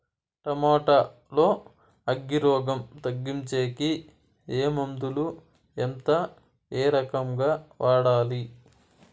Tomato లో అగ్గి రోగం తగ్గించేకి ఏ మందులు? ఎంత? ఏ రకంగా వాడాలి?